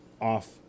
off